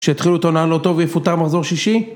שהתחילו את העונה לא טוב ויפוטר מחזור שישי?